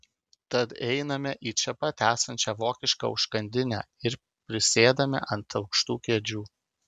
tad einame į čia pat esančią vokišką užkandinę ir prisėdame ant aukštų kėdžių